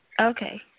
Okay